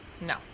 No